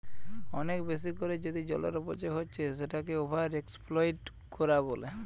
অনেক বেশি কোরে যদি জলের অপচয় হচ্ছে সেটাকে ওভার এক্সপ্লইট কোরা বলে